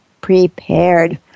prepared